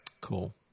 Cool